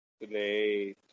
today